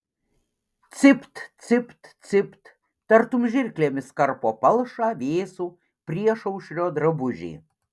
cipt cipt cipt tartum žirklėmis karpo palšą vėsų priešaušrio drabužį